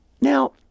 Now